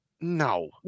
no